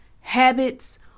habits